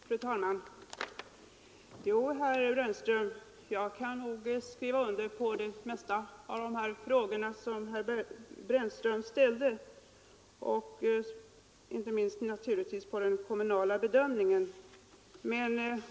Fru talman! Jo, herr Brännström, jag kan nog skriva under på de flesta av de frågor som herr Brännström ställde, inte minst naturligtvis vad beträffar den kommunala bedömningen.